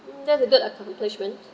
that's a good accomplishment